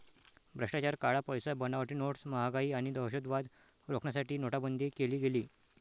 भ्रष्टाचार, काळा पैसा, बनावटी नोट्स, महागाई आणि दहशतवाद रोखण्यासाठी नोटाबंदी केली गेली